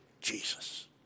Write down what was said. Jesus